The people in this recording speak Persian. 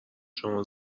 شما